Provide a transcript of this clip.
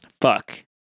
Fuck